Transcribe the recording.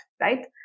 right